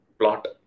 plot